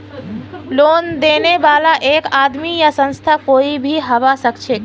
loan देने बाला एक आदमी या संस्था कोई भी हबा सखछेक